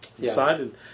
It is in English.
Decided